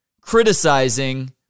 criticizing